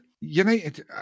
United